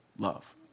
Love